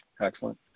Excellent